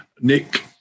Nick